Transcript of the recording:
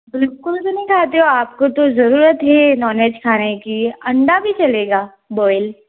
बिल्कुल भी नहीं खाते हो आपको तो ज़रूरत है नॉन वेज खाने की अंडा भी चलेगा बॉईल